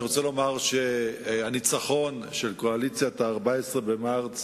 אני רוצה לומר שהניצחון של קואליציית ה-14 במרס